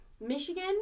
Michigan